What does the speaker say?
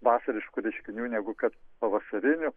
vasariškų reiškinių negu kad pavasarinių